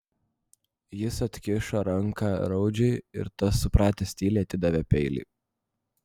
jis atkišo ranką raudžiui ir tas supratęs tyliai atidavė peilį